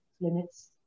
limits